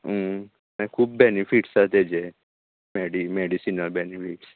मागीर खूब बेनिफिट्स आहा तेजे मॅडि मॅडिसीनल बेनिफिट्स